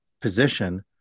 position